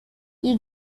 you